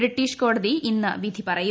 British കോടതി ഇന്ന് വിധി പറയും